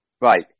Right